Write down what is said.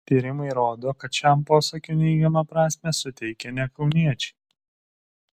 tyrimai rodo kad šiam posakiui neigiamą prasmę suteikia ne kauniečiai